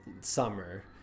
summer